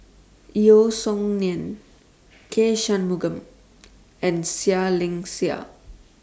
Yeo Song Nian K Shanmugam and Seah Liang Seah